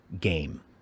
game